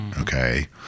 Okay